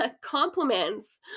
Compliments